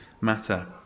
matter